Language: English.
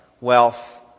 wealth